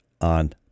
on